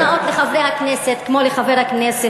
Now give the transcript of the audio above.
אולי דווקא נעשה סדנאות לחברי הכנסת כמו לחבר הכנסת,